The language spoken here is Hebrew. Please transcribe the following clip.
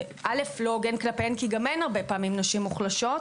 זה לא הוגן כלפיהן כי גם הן הרבה פעמים נשים מוחלשות,